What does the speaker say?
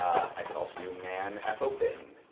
i could also do manf, open,